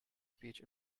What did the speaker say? speech